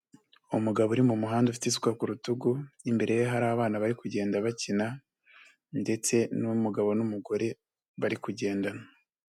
Umugabo uri mu muhanda ufite isuka ku rutugu, imbere ye hari abana bari kugenda bakina ndetse n'umugabo n'umugore bari kugendana.